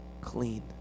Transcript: clean